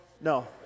no